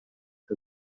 que